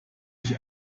ich